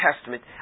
Testament